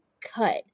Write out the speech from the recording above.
cut